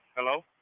Hello